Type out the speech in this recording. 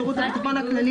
תשלום המענק.